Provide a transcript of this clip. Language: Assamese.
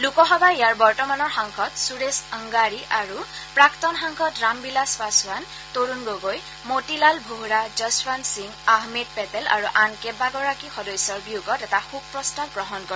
লোকসভাই ইয়াৰ বৰ্তমানৰ সাংসদ সূৰেশ অংগাড়ি আৰু প্ৰাক্তন সাংসদ ৰামবিলাস পছোৱান তৰুণ গগৈ মতিলাল ভোহৰা যশৱন্ত সিং আহমেদ পেটেল আৰু আন কেইগৰাকীমান সদস্যৰ বিয়োগত এটা শোক প্ৰস্তাৱ গ্ৰহণ কৰে